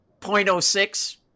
0.06